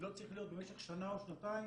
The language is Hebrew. זה לא צריך להיות במשך שנה או שנתיים,